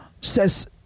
says